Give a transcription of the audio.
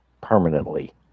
permanently